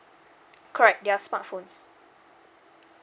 correct they are smartphones